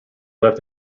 left